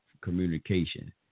communication